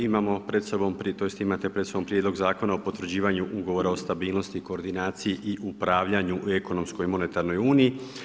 Imamo pred sobom odnosno imate pred sobom Prijedlog zakona o potvrđivanju Ugovora o stabilnosti i koordinaciji i upravljanju u ekonomskoj i monetarnoj uniji.